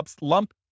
lump